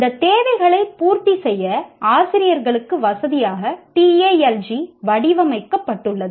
இந்த தேவைகளை பூர்த்தி செய்ய ஆசிரியர்களுக்கு வசதியாக TALG வடிவமைக்கப்பட்டுள்ளது